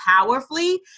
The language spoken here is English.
powerfully